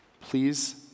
Please